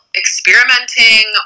experimenting